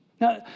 Now